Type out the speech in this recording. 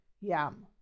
yam